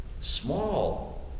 small